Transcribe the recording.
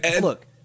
Look